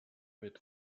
mit